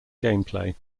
gameplay